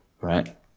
right